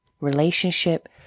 Relationship